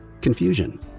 Confusion